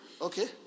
Okay